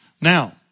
Now